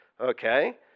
okay